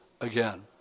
again